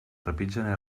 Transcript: trepitgen